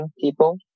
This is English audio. people